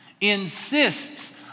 insists